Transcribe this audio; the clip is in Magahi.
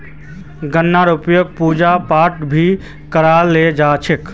गन्नार उपयोग पूजा पाठत भी कराल जा छे